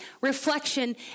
reflection